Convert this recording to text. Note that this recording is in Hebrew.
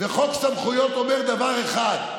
וחוק הסמכויות אומר דבר אחד,